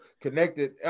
connected